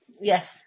Yes